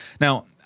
Now